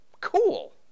cool